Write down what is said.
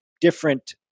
different